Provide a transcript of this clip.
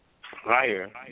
higher